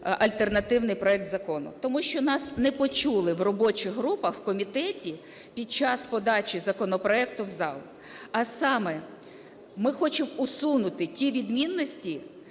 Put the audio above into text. альтернативний проект закону? Тому що нас не почули в робочих групах, в комітеті під час подачі законопроекту в зал, а саме, ми хочемо усунути ті відмінності,